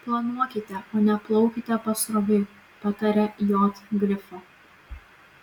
planuokite o ne plaukite pasroviui pataria j grifo